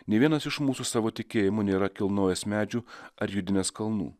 nė vienas iš mūsų savo tikėjimu nėra kilnojęs medžių ar judinęs kalnų